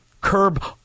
Curb